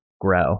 grow